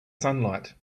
sunlight